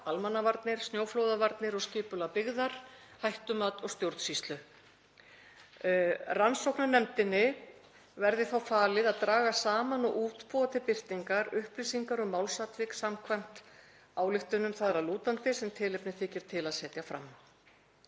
almannavarnir, snjóflóðavarnir og skipulag byggðar, hættumat og stjórnsýslu. Rannsóknarnefndinni verði falið að draga saman og útbúa til birtingar upplýsingar um málsatvik samkvæmt ályktunum þar að lútandi sem tilefni þykir til að setja fram.